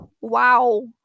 wow